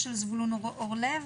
זבולון אורלב